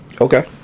Okay